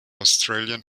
australian